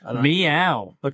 Meow